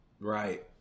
Right